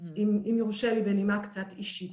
אם יורשה לי בנימה קצת אישית.